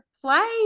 play